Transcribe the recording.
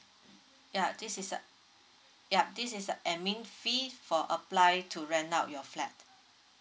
ya this is uh yup this is a admin fees for apply to rent out your flat